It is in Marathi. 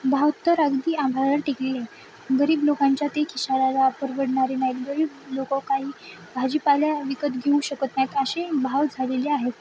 भाव तर अगदी आभाळाला टेकलेले आहे गरीब लोकांच्या ते खिश्याला परवडणारे नाहीत गरीब लोकं काही भाजीपाला विकत घेऊ शकत नाहीत असे भाव झालेले आहेत